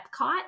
Epcot